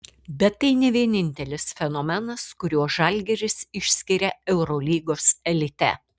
bet tai ne vienintelis fenomenas kuriuo žalgiris išskiria eurolygos elite